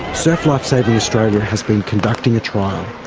surf life saving australia has been conducting a trial.